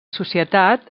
societat